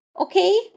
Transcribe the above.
Okay